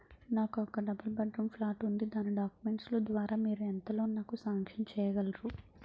నాకు ఒక double bedroom flat ఉంది దాని డాక్యుమెంట్స్ లు ద్వారా మీరు ఎంత లోన్ నాకు సాంక్షన్ చేయగలరు?